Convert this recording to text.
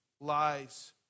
lies